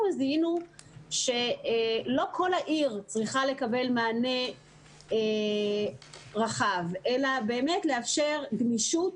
אנחנו זיהינו שלא כל העיר צריכה לקבל מענה רחב אלא באמת לאפשר גמישות